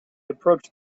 approached